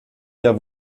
jahr